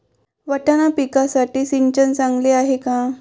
वाटाणा पिकासाठी सिंचन चांगले आहे का?